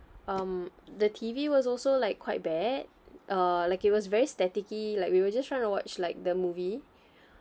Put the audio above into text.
um the T_V was also like quite bad uh like it was very staticky like we were just trying to watch like the movie